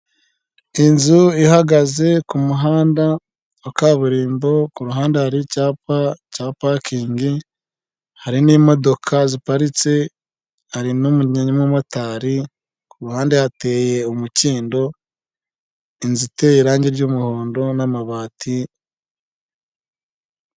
Inzu ihagaze ku muhanda wa kaburimbo, ku ruhande hari icyapa cya parking, hari n'imodoka ziparitse hari n'umumotari, ku ruhande hateye umukindo, inzu iteye irangi ry'umuhondo n'amabati.